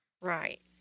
Right